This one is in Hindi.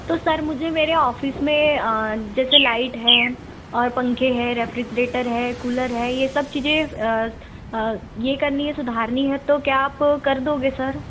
तो सर मुझे मेरे ऑफिस में जैसे लाइट हैं और पंखे हैं रेफ्रिजरेटर है कूलर है यह सब चीज़ें ये करनी हैं सुधारनी है तो क्या आप कर दोगे सर